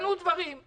השתנו דברים.